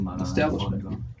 establishment